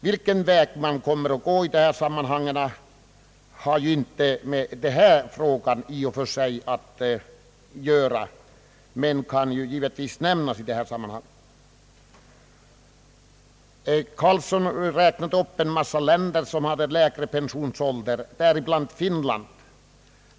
Vilken väg man kom mer att gå har inte i och för sig med denna fråga att göra men kan givetvis diskuteras i detta sammanhang. Herr Carlsson räknade upp en mängd länder som hade lägre pensionsålder, däribland Finland.